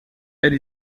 elle